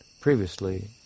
previously